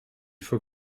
faut